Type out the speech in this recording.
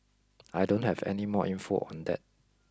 I don't have any more info than that